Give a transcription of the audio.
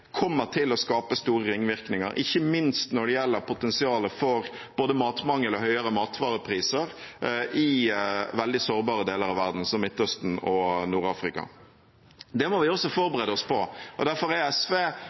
til å skape store ringvirkninger, ikke minst når det gjelder potensialet for både matmangel og høyere matvarepriser i veldig sårbare deler av verden, som Midtøsten og Nord-Afrika. Det må vi også forberede oss på. Derfor er SV